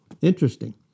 Interesting